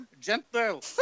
Gentle